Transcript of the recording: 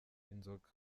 inzoga